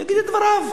יגיד את דבריו.